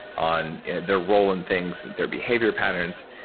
on their role in things, their behavior patterns.